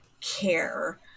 care